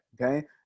okay